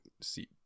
see